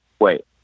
Wait